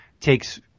takes